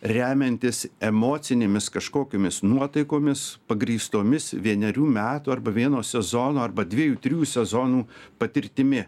remiantis emocinėmis kažkokiomis nuotaikomis pagrįstomis vienerių metų arba vieno sezono arba dviejų trijų sezonų patirtimi